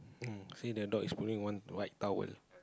um see the dog is pulling one white towel